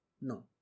No